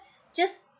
just